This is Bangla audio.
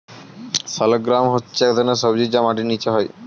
শালগ্রাম হচ্ছে এক ধরনের সবজি যা মাটির নিচে হয়